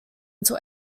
until